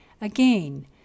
Again